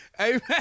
Amen